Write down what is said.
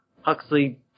Huxley